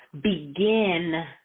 Begin